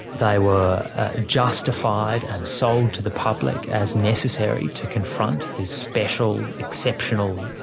they were justified and sold to the public as necessary to confront this special, exceptional,